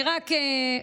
אני רק אומר,